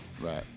Right